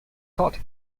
taught